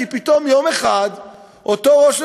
כי פתאום יום אחד אותו ראש ממשלה,